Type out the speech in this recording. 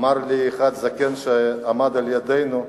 אמר לי זקן אחד שעמד לידנו: